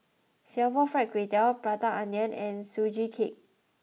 Singapore Fried Kway Tiao Prata Onion and Sugee Cake